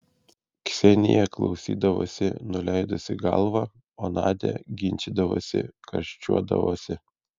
ksenija klausydavosi nuleidusi galvą o nadia ginčydavosi karščiuodavosi